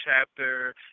chapter